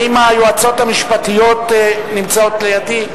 האם היועצות המשפטיות נמצאות לידי?